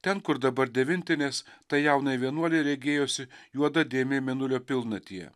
ten kur dabar devintinės tai jaunai vienuolei regėjosi juoda dėmė mėnulio pilnatyje